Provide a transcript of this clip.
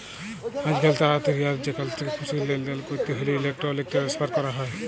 আইজকাল তাড়াতাড়ি আর যেখাল থ্যাকে খুশি লেলদেল ক্যরতে হ্যলে ইলেকটরলিক টেনেসফার ক্যরা হয়